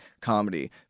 comedy